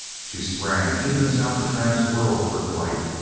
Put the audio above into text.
she sprang even as alcatraz whirled for flight,